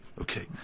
okay